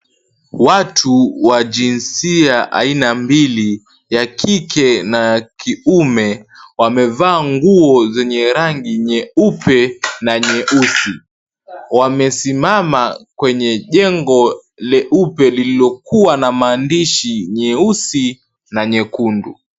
Watu wa jinsia aina mbili ya wakike na ya wakiume wamevaa nguo zenye rangi nyeupe na nyeusi. Wamesimama kwenye jengo leupe lililokuwa na maandishi nyeusi na nyekundu.